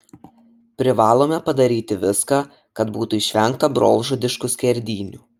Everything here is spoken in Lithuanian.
privalome padaryti viską kad būtų išvengta brolžudiškų skerdynių